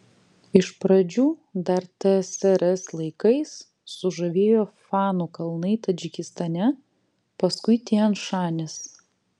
iš pradžių dar tsrs laikais sužavėjo fanų kalnai tadžikistane paskui tian šanis